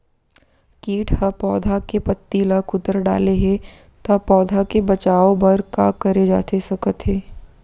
किट ह पौधा के पत्ती का कुतर डाले हे ता पौधा के बचाओ बर का करे जाथे सकत हे?